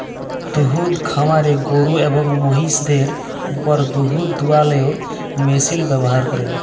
দুহুদ খামারে গরু এবং মহিষদের উপর দুহুদ দুয়ালোর মেশিল ব্যাভার ক্যরে